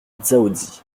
dzaoudzi